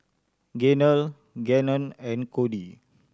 Gaynell Gannon and Kody